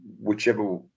whichever